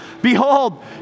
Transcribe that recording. Behold